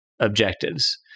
objectives